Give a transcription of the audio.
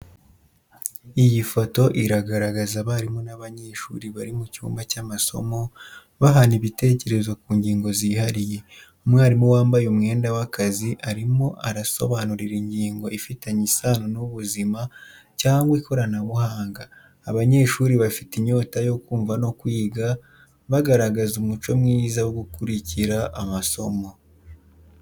Iyi foto iragaragaza abarimu n’abanyeshuri bari mu cyumba cy’amasomo, bahana ibitekerezo ku ngingo zihariye. Umwarimu wambaye umwenda w’akazi arimo arasobanura ingingo ifitanye isano n’ubuzima cyangwa ikoranabuhanga. Abanyeshuri bafite inyota yo kumva no kwiga, bagaragaza umuco mwiza wo gukurikira amasomo.